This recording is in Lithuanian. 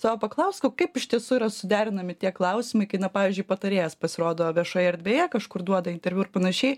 savo paklausk o kaip iš tiesų yra suderinami tiek klausimai kai na pavyzdžiui patarėjas pasirodo viešoje erdvėje kažkur duoda interviu ir panašiai